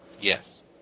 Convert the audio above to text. Yes